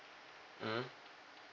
mm